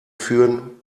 führen